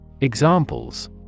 Examples